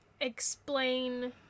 explain